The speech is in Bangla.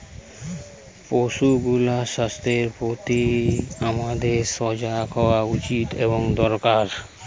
পশুগুলার স্বাস্থ্যের প্রতিও আমাদের সজাগ হওয়া উচিত এবং দরকার